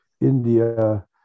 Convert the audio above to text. india